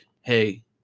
hey